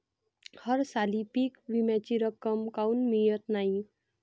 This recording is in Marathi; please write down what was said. हरसाली पीक विम्याची रक्कम काऊन मियत नाई?